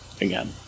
again